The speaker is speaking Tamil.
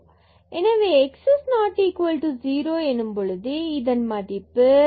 எனவே x is not equal to 0 எனும் போது இதன் மதிப்பு பூஜ்யம்